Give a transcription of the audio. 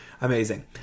Amazing